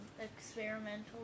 experimental